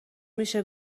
میشه